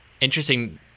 interesting